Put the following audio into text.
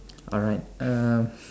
alright uh